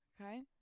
Okay